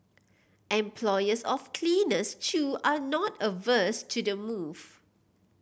employers of cleaners too are not averse to the move